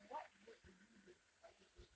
what would we do what do you think